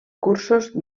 cursos